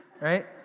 Right